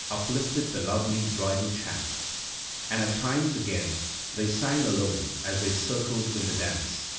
uplifted the lovely bridal-chant and at times again they sang alone as they circled in the dance,